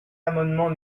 l’amendement